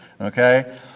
okay